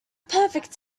perfect